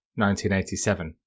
1987